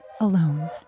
alone